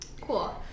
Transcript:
Cool